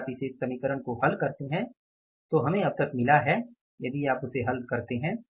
यदि आप इस समीकरण को हल करते हैं जो हमें अब तक मिला है यदि आप उसे हल करते हैं